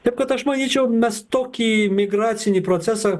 taip kad aš manyčiau mes tokį migracinį procesą